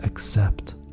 Accept